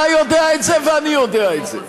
אתה יודע את זה ואני יודע את זה.